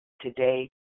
today